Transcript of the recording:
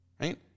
right